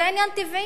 זה עניין טבעי,